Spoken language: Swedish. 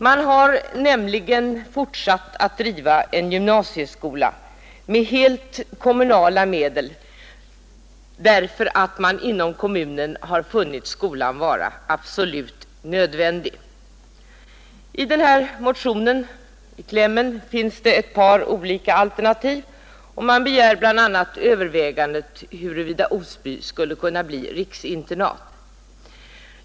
Man har nämligen fortsatt att driva en gymnasieskola med helt kommunala medel, därför att man inom kommunen har funnit skolan vara absolut nödvändig. I klämmen till den väckta motionen finns det ett par olika alternativ, och man begär bl.a. överväganden huruvida Osby internatläroverk skulle kunna bli riksinternat.